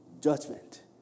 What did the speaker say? judgment